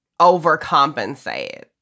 overcompensate